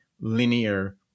linear